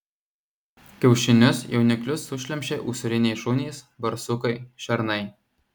kiaušinius jauniklius sušlemščia usūriniai šunys barsukai šernai